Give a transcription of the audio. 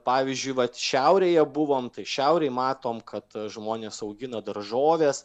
pavyzdžiui vat šiaurėje buvom tai šiaurėj matom kad žmonės augino daržoves